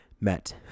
met